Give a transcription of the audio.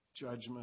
Judgment